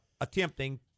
attempting